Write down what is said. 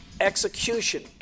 execution